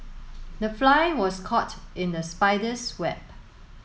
the fly was caught in the spider's web